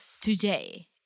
today